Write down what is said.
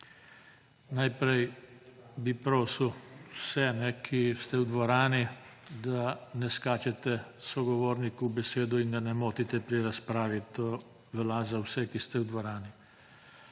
Najprej bi prosil vse, ki ste v dvorani, da ne skačete sogovorniku v besedo in ga ne motite pri razpravi. To velja za vse, ki ste v dvorani.